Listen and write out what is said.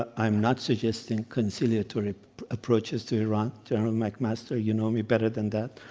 i'm not suggesting conciliatory approaches to iran. general mcmaster, you know me better than that.